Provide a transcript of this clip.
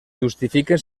justifiquen